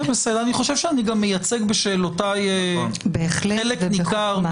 אני גם חושב שאני מייצג בשאלותיי חלק נכבד